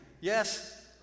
Yes